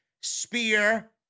spear